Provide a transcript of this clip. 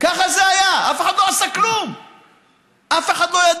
ככה זה היה, ואף אחד לא עשה כלום.